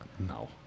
No